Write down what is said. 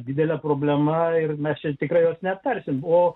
didelė problema ir mes čia tikrai o ne tarsi buvo